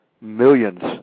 millions